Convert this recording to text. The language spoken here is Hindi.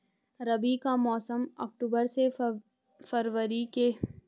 रबी का मौसम अक्टूबर से फरवरी के दौरान होता है